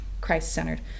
Christ-centered